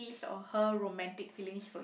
his or her romantic feelings for you